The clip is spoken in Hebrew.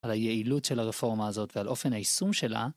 ‫על היעילות של הרפורמה הזאת, ‫ועל אופן היישום שלה.